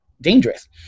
dangerous